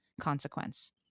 consequence